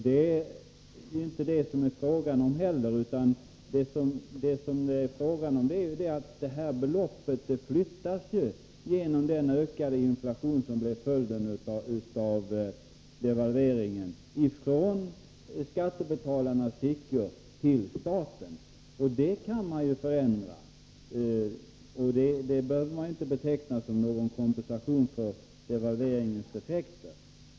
Det är inte fråga om det heller, utan det är fråga om att detta belopp flyttas - genom den ökade inflation som blev följden av devalveringen — från skattebetalarnas fickor till staten. Det kan man förändra. Det behöver man inte beteckna som kompensation för devalveringens effekter.